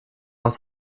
auch